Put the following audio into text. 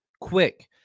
quick